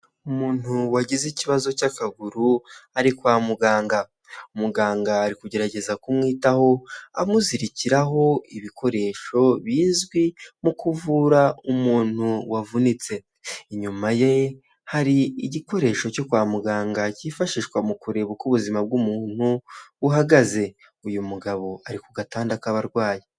Umuntu wagize ikibazo cy'akaguru ari kwa muganga umuganga ari kugerageza kumwitaho amuzirikiraho ibikoresho bizwi mu kuvura umuntu wavunitse inyuma ye hari igikoresho cyo kwa muganga cyifashishwa mu kureba uko ubuzima bw'umuntu buhagaze uyu mugabo ari ku gatanda k'abarwayi.